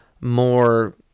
more